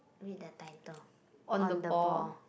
read the title on the ball